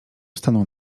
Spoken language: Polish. stanął